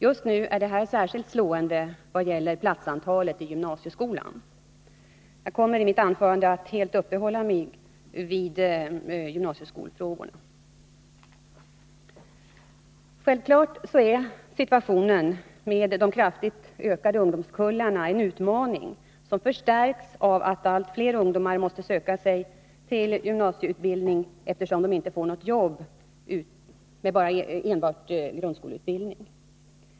Just nu är detta särskilt slående i vad gäller platsantalet i gymnasieskolan. Jag kommer i mitt anförande att helt uppehålla mig vid gymnaiseskolfrågorna. Självklart är situationen med de kraftigt ökade ungdomskullarna en utmaning, som förstärks av att allt fler ungdomar måste söka sig till gymnasieutbildning, eftersom de inte får något jobb på enbart grundskoleutbildning.